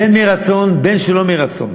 בין מרצון בין שלא מרצון,